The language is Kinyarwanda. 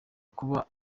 kuba